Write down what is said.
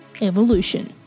Evolution